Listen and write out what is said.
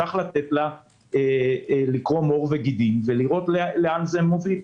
צריך לתת לה לקרום עור וגידים ולראות לאן זה מוביל.